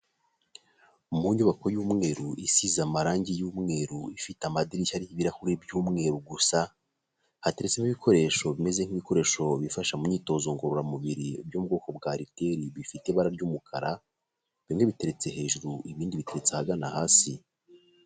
Mu nyubako y'umweru, isize amarangi y'umweru, ifite amadirishya y'ibirahure by'umweru gusa, hateretsemo ibikoresho bimeze nk'ibikoresho bifasha mu myitozo ngorora mubiri by'ubwoko bwa riteri bifite ibara ry'umukara, bimwe biteretse hejuru ibindi biteretse ahagana hasi.